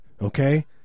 okay